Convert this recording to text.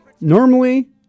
Normally